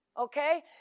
Okay